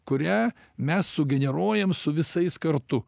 kurią mes sugeneruojam su visais kartu